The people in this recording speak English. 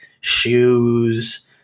shoes